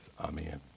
Amen